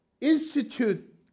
institute